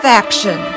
action